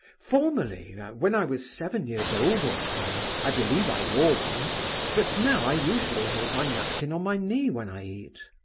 formerly, when i was seven years old or so. i believe i wore one but now i usually hold my napkin on my knee when i eat.